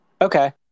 Okay